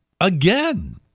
Again